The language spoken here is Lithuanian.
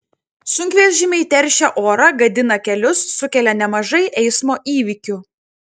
sunkvežimiai teršia orą gadina kelius sukelia nemažai eismo įvykių